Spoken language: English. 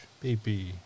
Baby